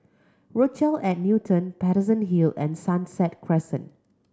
Rochelle at Newton Paterson Hill and Sunset Crescent